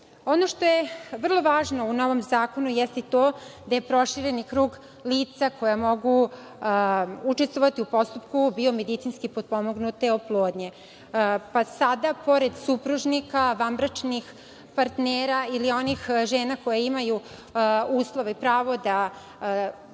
što je vrlo važno u novom zakonu jeste i to da je proširen krug lica koja mogu učestvovati u postupku biomedicinski potpomognute oplodnje, pa sada pored supružnika, vanbračnih partnera ili onih žena koje imaju uslove i pravo da